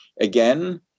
Again